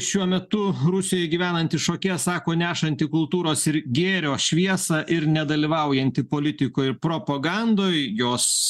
šiuo metu rusijoj gyvenanti šokėja sako nešanti kultūros ir gėrio šviesą ir nedalyvaujanti politikoj ir propagandoj jos